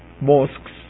mosques